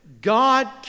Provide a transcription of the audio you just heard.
God